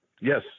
Yes